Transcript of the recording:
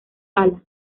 sala